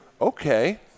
okay